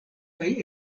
kaj